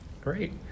Great